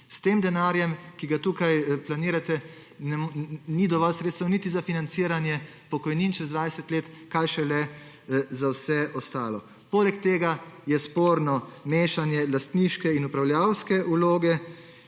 s tem denarjem, ki ga tukaj planirate, ni dovolj sredstev niti za financiranje pokojnin čez 20 let, kaj šele za vse ostalo. Poleg tega je sporno mešanje lastniške in upravljavske vloge